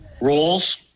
rules